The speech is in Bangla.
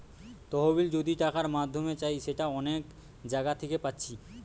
তহবিল যদি টাকার মাধ্যমে চাই সেটা অনেক জাগা থিকে পাচ্ছি